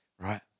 Right